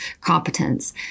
competence